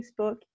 Facebook